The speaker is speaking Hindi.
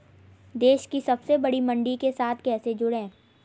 देश की सबसे बड़ी मंडी के साथ कैसे जुड़ें?